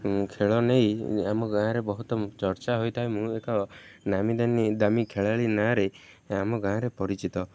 ଖେଳ ନେଇ ଆମ ଗାଁରେ ବହୁତ ଚର୍ଚ୍ଚା ହୋଇଥାଏ ମୁଁ ଏକ ନାମୀଦାନୀ ଦାମୀ ଖେଳାଳି ନାଁରେ ଆମ ଗାଁରେ ପରିଚିତ